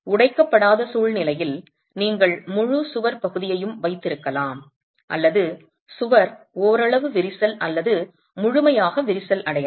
உடைக்கப்படாத சூழ்நிலையில் நீங்கள் முழு சுவர் பகுதியையும் வைத்திருக்கலாம் அல்லது சுவர் ஓரளவு விரிசல் அல்லது முழுமையாக விரிசல் அடையலாம்